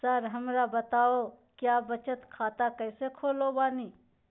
Sir हमरा बताओ क्या बचत खाता कैसे खोले बानी?